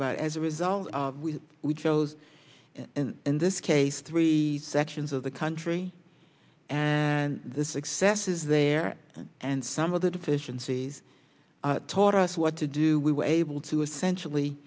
about as a result we chose in this case three sections of the country and the successes there and some of the deficiencies taught us what to do we were able to essentially